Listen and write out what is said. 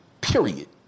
Period